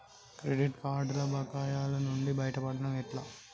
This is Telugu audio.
క్రెడిట్ కార్డుల బకాయిల నుండి బయటపడటం ఎట్లా?